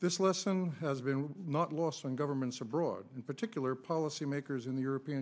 this lesson has been not lost on governments abroad in particular policy makers in the european